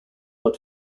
but